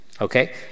Okay